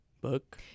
book